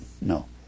No